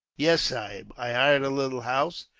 yes, sahib. i hired a little house.